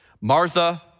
Martha